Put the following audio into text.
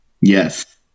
Yes